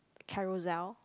Carousel